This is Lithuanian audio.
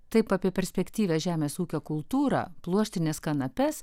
taip apie perspektyvią žemės ūkio kultūrą pluoštines kanapes